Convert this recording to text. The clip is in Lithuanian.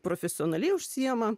profesionaliai užsiima